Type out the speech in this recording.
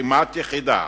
וכמעט יחידה